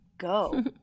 go